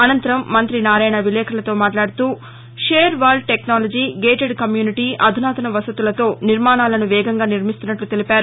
అనంతరం మంగ్రతి నారాయణ విలేకరులతో మాట్లాడుతూ shear wall technology gated community అధునాతన వసతులతో నిర్మాణాలను వేగంగా నిర్మిస్తున్నట్లు తెలిపారు